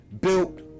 built